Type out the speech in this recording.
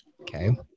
okay